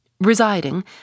residing